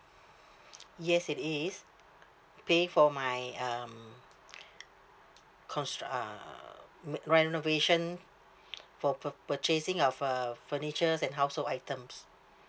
yes it is pay for my um constru~ err make renovation for pur~ purchasing of uh furnitures and household items